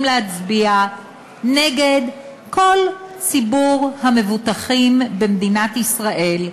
להצביע נגד כל ציבור המבוטחים במדינת ישראל,